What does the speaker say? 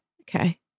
Okay